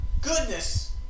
goodness